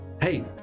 Hey